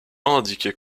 indiquait